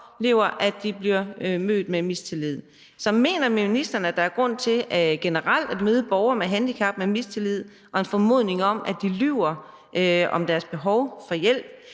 oplever, at de bliver mødt med mistillid. Så mener ministeren, at der er grund til generelt at møde borgere med handicap med mistillid og en formodning om, at de lyver om deres behov for hjælp?